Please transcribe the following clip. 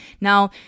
Now